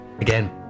again